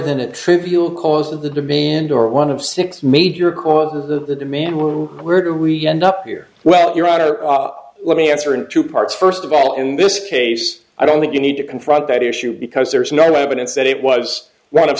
than a trivial cause of the debian or one of six major causes of the demand who were do we end up here well your honor let me answer in two parts first of all in this case i don't think you need to confront that issue because there is no evidence that it was one of